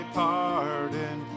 pardon